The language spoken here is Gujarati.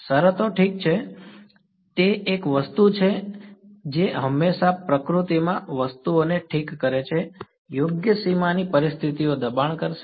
શરતો ઠીક છે તે એક વસ્તુ છે જે હંમેશા પ્રકૃતિમાં વસ્તુઓને ઠીક કરે છે યોગ્ય સીમાની પરિસ્થિતિઓ દબાણ કરશે